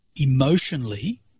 emotionally